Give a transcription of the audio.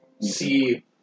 See